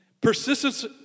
Persistence